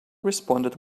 responded